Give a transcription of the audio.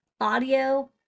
audio